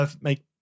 make